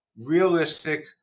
realistic